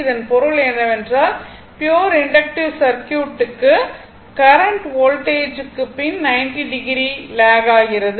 இதன் பொருள் என்னவென்றால் ப்யுர் இண்டக்ட்டிவ் சர்க்யூட்டுக்கு கரண்ட் வோல்டேஜ்க்கு பின் 90o லாக் ஆகிறது